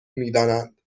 میدانند